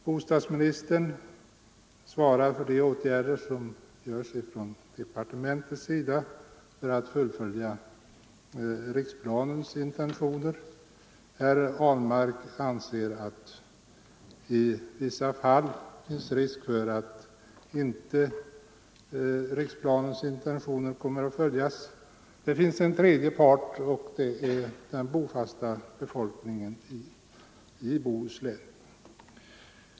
Bostadsministern svarar för de åtgärder som vidtas från departementets sida för att fullfölja riksplanens intentioner, medan herr Ahlmark anser att det i vissa fall finns risk för att riksplanens intentioner inte kommer att följas. Den tredje parten är den bofasta befolkningen i Bohuslän.